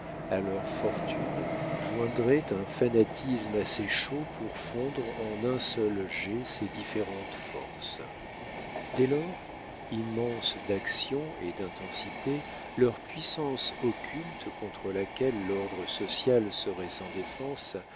à leur fortune joindraient un fanatisme assez chaud pour fondre en un seul jet ces différentes forces dès lors immense d'action et d'intensité leur puissance occulte contre laquelle l'ordre social serait sans défense